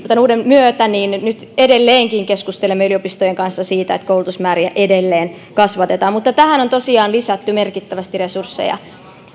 tämän uuden lainsäädännön myötä nyt edelleenkin keskustelemme yliopistojen kanssa siitä että koulutusmääriä edelleen kasvatetaan mutta tähän on tosiaan lisätty merkittävästi resursseja